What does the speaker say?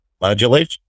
modulation